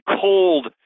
cold